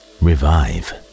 revive